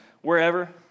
wherever